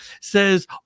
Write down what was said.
says